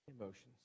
emotions